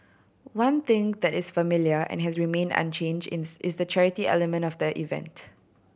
one thing that is familiar and has remained unchanged in is the charity element of the event